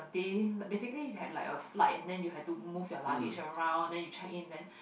day basically you had like a flight and then you have to move your luggage around then you check in then